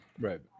Right